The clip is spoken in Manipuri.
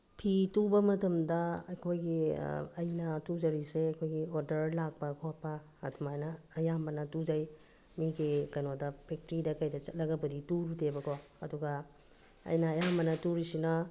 ꯐꯤ ꯇꯨꯕ ꯃꯇꯝꯗ ꯑꯩꯈꯣꯏꯒꯤ ꯑꯩꯅ ꯇꯨꯖꯔꯤꯁꯦ ꯑꯩꯈꯣꯏꯒꯤ ꯑꯣꯗꯔ ꯂꯥꯛꯄ ꯈꯣꯠꯄ ꯑꯗꯨꯃꯥꯏꯅ ꯑꯌꯥꯝꯕꯅ ꯇꯨꯖꯩ ꯃꯤꯒꯤ ꯀꯩꯅꯣꯗ ꯐꯦꯛꯇ꯭ꯔꯤꯗ ꯀꯩꯗ ꯆꯠꯂꯒꯕꯨꯗꯤ ꯇꯨꯔꯨꯗꯦꯕ ꯀꯣ ꯑꯗꯨꯒ ꯑꯩꯅ ꯑꯌꯥꯝꯕꯅ ꯇꯨꯔꯤꯁꯤꯅ